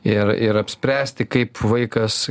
ir ir apspręsti kaip vaikas